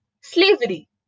Slavery